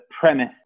premise